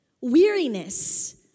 Weariness